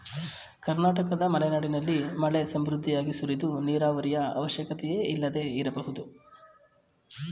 ಕರ್ನಾಟಕದ ಮಲೆನಾಡಿನಲ್ಲಿ ಮಳೆ ಸಮೃದ್ಧಿಯಾಗಿ ಸುರಿದು ನೀರಾವರಿಯ ಅವಶ್ಯಕತೆಯೇ ಇಲ್ಲದೆ ಇರಬಹುದು